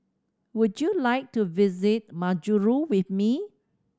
would you like to visit Majuro with me